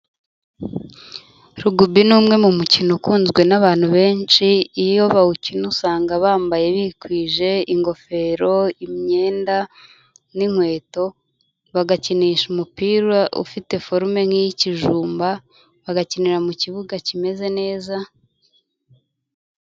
Rugubi ni umwe mu mukino ukunzwe n'abantu benshi, iyo bawukina usanga bambaye bikwije ingofero, imyenda n'inkweto bagakinisha umupira ufite forume nk'iy'ikijumba, bagakinira mu kibuga kimeze neza,